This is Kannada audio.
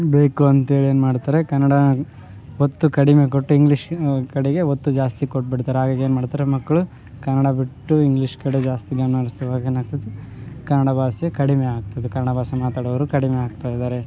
ಬೇಕು ಅಂತೇಳಿ ಏನುಮಾಡ್ತಾರೆ ಕನ್ನಡ ಒತ್ತು ಕಡಿಮೆ ಕೊಟ್ಟು ಇಂಗ್ಲೀಷ್ ಕಡೆಗೆ ಒತ್ತು ಜಾಸ್ತಿ ಕೊಟ್ಟುಬಿಡ್ತಾರೆ ಹಾಗಾಗಿ ಏನುಮಾಡ್ತಾರೆ ಮಕ್ಕಳು ಕನ್ನಡ ಬಿಟ್ಟು ಇಂಗ್ಲೀಷ್ ಕಡೆ ಜಾಸ್ತಿ ಗಮನ ಹರಿಸುವಾಗ ಏನಾಗ್ತದೆ ಕನ್ನಡ ಭಾಷೆ ಕಡಿಮೆ ಆಗ್ತದೆ ಕನ್ನಡ ಭಾಷೆ ಮಾತಾಡೋರು ಕಡಿಮೆ ಆಗ್ತಾ ಇದಾರೆ